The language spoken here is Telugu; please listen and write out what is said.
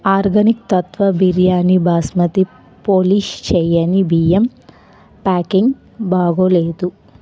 ఆర్గానిక్ తత్వ బిర్యానీ బాస్మతి పోలిష్ చెయ్యని బియ్యం ప్యాకింగ్ బాగోలేదు